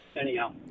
anyhow